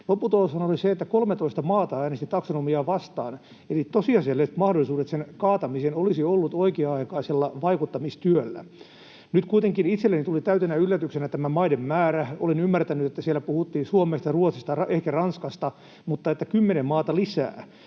Lopputuloshan oli se, että 13 maata äänesti taksonomiaa vastaan, eli tosiasialliset mahdollisuudet sen kaatamiseen olisi ollut oikea-aikaisella vaikuttamistyöllä. Nyt kuitenkin itselleni tuli täytenä yllätyksenä tämä maiden määrä: olen ymmärtänyt, että siellä puhuttiin Suomesta, Ruotsista, ehkä Ranskasta, mutta että kymmenen maata lisää.